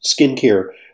skincare